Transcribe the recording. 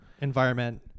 environment